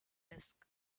disk